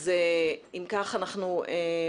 אז אם כך אני מתנצלת,